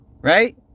Right